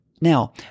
Now